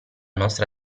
nostra